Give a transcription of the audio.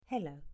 Hello